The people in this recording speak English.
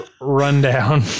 rundown